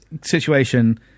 situation